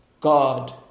God